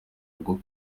ngo